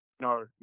No